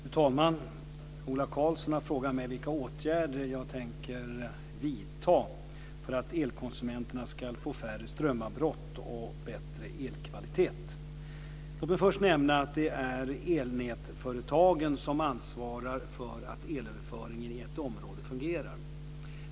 Fru talman! Ola Karlsson har frågat mig vilka åtgärder jag tänker vidta för att elkonsumenterna ska få färre strömavbrott och bättre elkvalitet. Låt mig först nämna att det är elnätsföretagen som ansvarar för att elöverföringen i ett område fungerar.